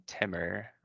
Timmer